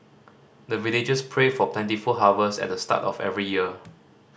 the villagers pray for plentiful harvest at the start of every year